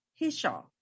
Hishaw